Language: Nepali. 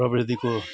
प्रविधिको